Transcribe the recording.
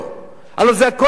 הלוא זה הכול הזוי.